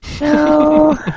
No